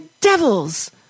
devils